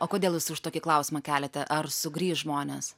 o kodėl jūs už tokį klausimą keliate ar sugrįš žmonės